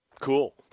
cool